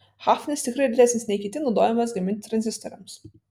hafnis tikrai retesnis nei kiti naudojamas gaminti tranzistoriams